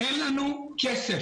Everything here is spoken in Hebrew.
אין לנו כסף.